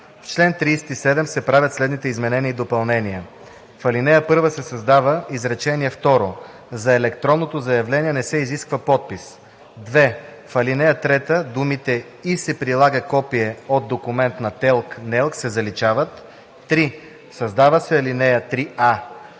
В чл. 37 се правят следните изменения и допълнения: 1. В ал. 1 се създава изречение второ: „За електронното заявление не се изисква подпис.“ 2. В ал. 3 думите „и се прилага копие от документ на ТЕЛК (НЕЛК)“ се заличават. 3. Създава се ал. 3а: